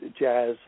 jazz